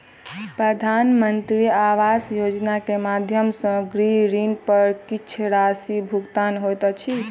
प्रधानमंत्री आवास योजना के माध्यम सॅ गृह ऋण पर किछ राशि भुगतान होइत अछि